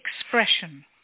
expression